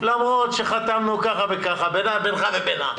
למרות שחתמנו כך וכך בינך לבינה,